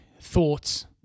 thoughts